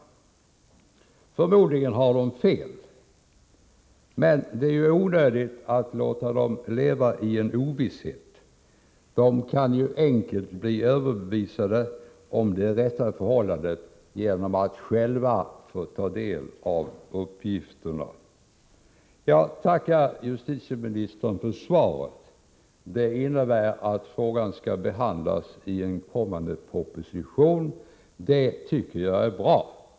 Förmodligen har de fel, men det är onödigt att låta dem leva i ovisshet —de kan enkelt bli överbevisade om det rätta förhållandet genom att själva få ta del av uppgifterna. Jag tackar justitieministern för svaret. Det innebär att frågan skall behandlas i en kommande proposition, och det är bra.